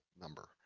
number